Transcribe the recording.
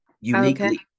Uniquely